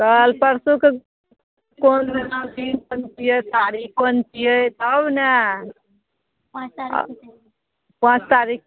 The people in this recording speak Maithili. कल परसुके कोन महीना दिन कोन छियै तारीख कोन छियै आउ ने पाँच तारीख